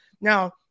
Now